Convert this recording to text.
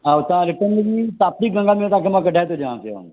हा हुतां रिटर्न बि ताप्ती गंगा में तव्हांखे मां कढाए थो ॾियां पियो